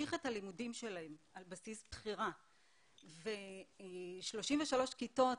להמשיך את הלימודים שלהם על בסיס בחירה ו-33 כיתות,